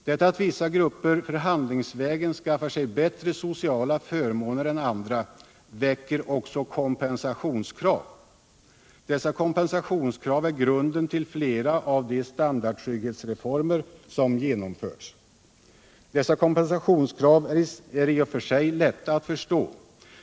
Detta att vissa grupper förhandlingsvägen skaffar sig bättre sociala förmåner än andra väcker också kompensationskrav. Dessa kompensationskrav är grunden till flera av de standardtrygghetsreformer som genomförts. Kompensationskraven är i och för sig lätta att förstå.